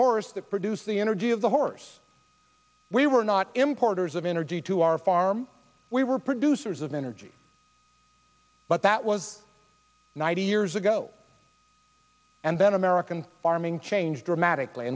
horse that produce the energy of the horse we were not importers of energy to our farm we were producers of energy but that was ninety years ago and then american farming changed dramatically